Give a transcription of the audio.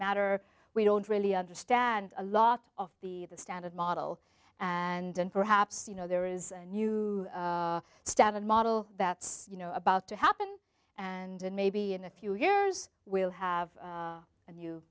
matter we don't really understand a lot of the the standard model and perhaps you know there is a new standard model that's you know about to happen and maybe in a few years we'll have a new